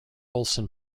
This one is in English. olson